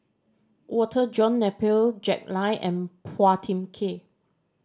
Walter John Napier Jack Lai and Phua Thin Kiay